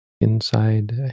inside